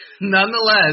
nonetheless